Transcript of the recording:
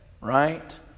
right